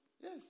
Yes